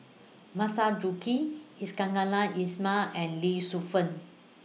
Masagos Zulkifli Iskandar Ismail and Lee Shu Fen